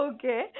Okay